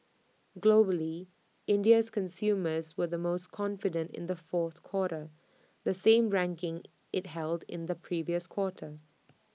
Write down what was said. globally India's consumers were the most confident in the fourth quarter the same ranking IT held in the previous quarter